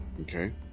okay